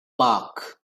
bark